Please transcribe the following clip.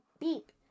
beep